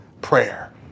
prayer